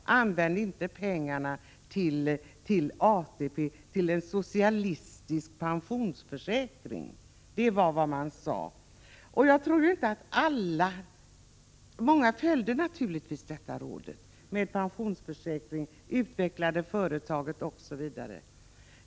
Använd inte pengarna till ATP, till en socialistisk pensionsförsäkring! Det var vad man sade. Många följde naturligtvis rådet om privat pensionsförsäkring, att man skulle utveckla företaget osv.